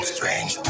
Strange